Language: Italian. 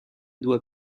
due